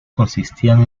consistían